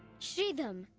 sridham,